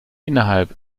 innerhalb